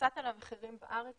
קצת על המחירים בארץ